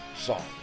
song